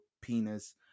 penis